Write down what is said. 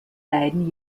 leiden